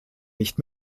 nicht